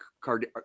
card